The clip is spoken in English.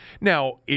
Now